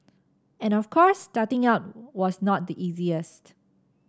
and of course starting out was not the easiest